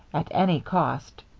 at any cost,